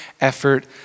effort